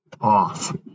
off